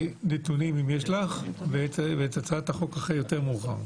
נתונים, אם יש לך, ואת הצעת החוק יותר מאוחר.